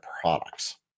products